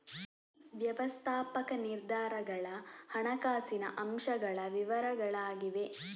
ವ್ಯವಸ್ಥಾಪಕ ನಿರ್ಧಾರಗಳ ಹಣಕಾಸಿನ ಅಂಶಗಳ ವಿವರಗಳಾಗಿವೆ